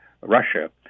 Russia